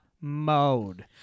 Mode